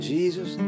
Jesus